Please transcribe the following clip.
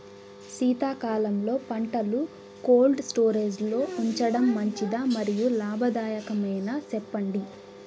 శీతాకాలంలో పంటలు cold storage లో ఉంచడం మంచిదా? మరియు లాభదాయకమేనా, సెప్పండి